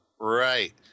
Right